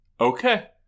Okay